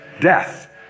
death